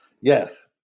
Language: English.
yes